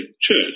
Church